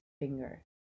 finger